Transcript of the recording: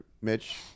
Mitch